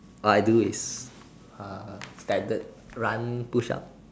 what I do is a standard run push up